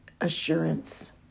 assurance